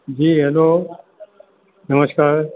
जी hello नमस्कार